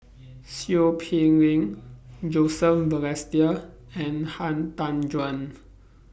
Seow Peck Leng Joseph Balestier and Han Tan Juan